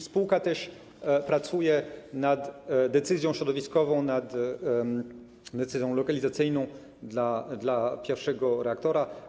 Spółka też pracuje nad decyzją środowiskową, nad decyzją lokalizacyjną dla pierwszego reaktora.